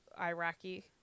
iraqi